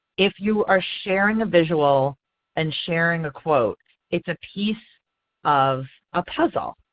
if you are sharing a visual and sharing a quote it's a piece of a puzzle.